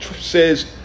says